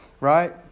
Right